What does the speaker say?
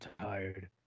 tired